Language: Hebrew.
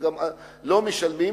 והם גם לא משלמים,